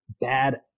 bad